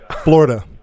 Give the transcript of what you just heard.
Florida